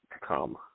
come